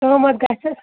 قۭمَت گژھِٮ۪س